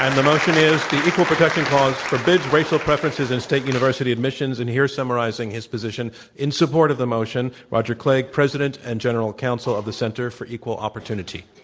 and the yeah equal protection clause forbids racial preferences in state university admissions. and here summarizing his position in support of the motion, roger clegg, president and g eneral counsel of the center for equal opportunity.